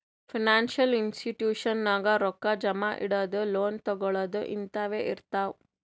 financial institution ನಾಗ್ ರೊಕ್ಕಾ ಜಮಾ ಇಡದು, ಲೋನ್ ತಗೋಳದ್ ಹಿಂತಾವೆ ಇರ್ತಾವ್